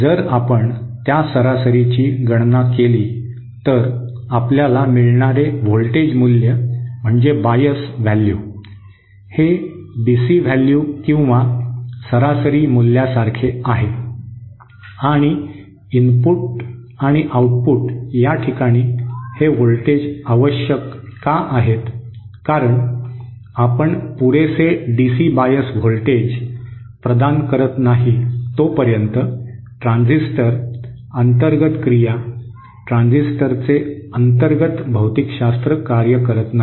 जर आपण त्या सरासरीची गणना केली तर आपल्याला मिळणारे व्होल्टेज मूल्य म्हणजे बायस व्हॅल्यू हे डीसी व्हॅल्यू किंवा सरासरी मूल्यासारखे आहे आणि इनपुट आणि आउटपुट या ठिकाणी हे व्होल्टेज आवश्यक का आहेत कारण आपण पुरेसे डीसी बायस व्होल्टेज प्रदान करत नाही तोपर्यंत ट्रान्झिस्टर अंतर्गत क्रिया ट्रान्झिस्टरचे अंतर्गत भौतिकशास्त्र कार्य करत नाही